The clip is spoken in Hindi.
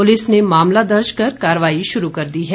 पुलिस ने मामला दर्ज कर कार्रवाई शुरू कर दी है